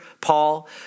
Paul